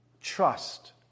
Trust